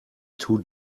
too